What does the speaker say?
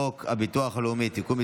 הצעת חוק הביטוח הלאומי (תיקון,